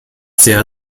sehr